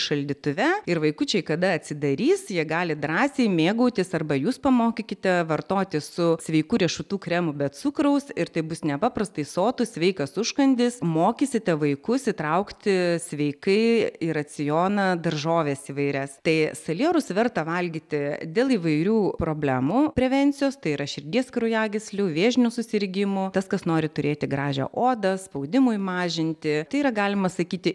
šaldytuve ir vaikučiai kada atsidarys jie gali drąsiai mėgautis arba jus pamokykite vartoti su sveiku riešutų kremu be cukraus ir tai bus nepaprastai sotus sveikas užkandis mokysite vaikus įtraukti sveikai į racioną daržoves įvairias tai salierus verta valgyti dėl įvairių problemų prevencijos tai yra širdies kraujagyslių vėžinių susirgimų tas kas nori turėti gražią odą spaudimui mažinti tai yra galima sakyti